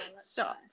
stop